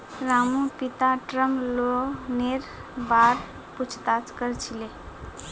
रामूर पिता टर्म लोनेर बार पूछताछ कर छिले